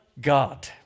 God